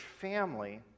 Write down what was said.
family